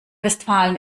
westfalen